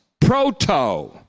proto